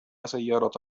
سيارة